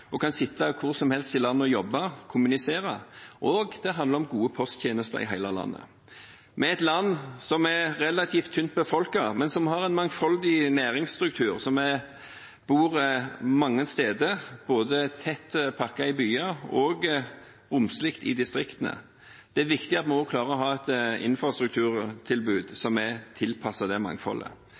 og kan sitte hvor som helst i landet og jobbe og kommunisere, og det handler om gode posttjenester i hele landet – et land som er relativt tynt befolket, men som har en mangfoldig næringsstruktur, der vi bor mange steder, både tettpakket i byer og romslig i distriktene. Det er viktig at vi klarer å ha en infrastruktur som er tilpasset det mangfoldet.